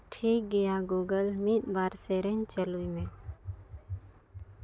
ᱴᱷᱤᱠᱜᱮᱭᱟ ᱜᱩᱜᱚᱞ ᱢᱤᱫᱼᱵᱟᱨ ᱥᱮᱨᱮᱧ ᱪᱟᱹᱞᱩᱭ ᱢᱮ